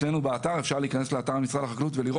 אפשר לעשות רשימה של מה שהיה גם לנושא